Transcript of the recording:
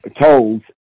told